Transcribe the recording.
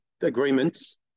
agreements